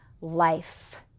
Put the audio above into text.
life